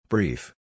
Brief